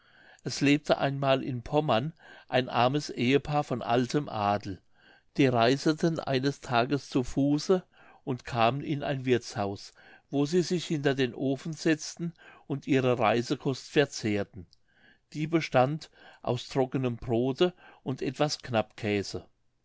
es lebte einmal in pommern ein armes ehepaar von altem adel die reiseten eines tages zu fuße und kamen in ein wirthshaus wo sie sich hinter den ofen setzten und ihre reisekost verzehrten die bestand aus trockenem brodte und etwas